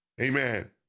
Amen